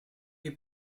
you